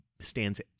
stands